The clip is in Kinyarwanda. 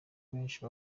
benshi